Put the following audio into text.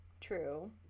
True